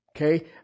Okay